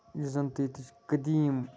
یُس زَن تہِ ییتِچ قدیم